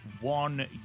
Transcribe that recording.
one